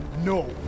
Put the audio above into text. No